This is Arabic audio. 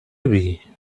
أبي